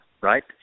right